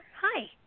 Hi